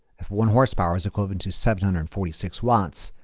if one horsepower is equivalent to seven hundred and forty six watts,